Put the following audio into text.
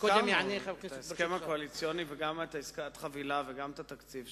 הזכרנו את ההסכם הקואליציוני וגם את עסקת החבילה וגם את התקציב,